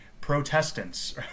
Protestants